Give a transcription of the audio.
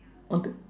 on the